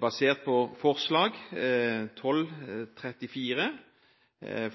basert på forslag i Dokument 12:34 for 2011–2012,